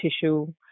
tissue